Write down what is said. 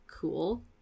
Cool